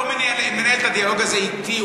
שר הביטחון לא מנהל את הדיאלוג הזה אתי.